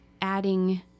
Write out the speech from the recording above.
adding